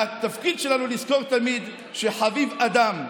התפקיד שלנו לזכור תמיד שחביב אדם.